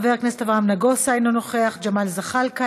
חבר הכנסת אברהם נגוסה, אינו נוכח, ג'מאל זחאלקה,